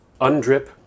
Undrip